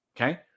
Okay